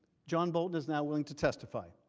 john bolton is now willing to testify.